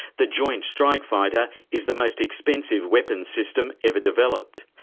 the joint strike fighter is the most expensive weapons system ever developed.